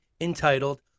entitled